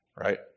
right